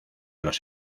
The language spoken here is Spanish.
los